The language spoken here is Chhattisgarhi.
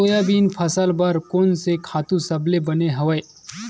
सोयाबीन फसल बर कोन से खातु सबले बने हवय?